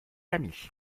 amis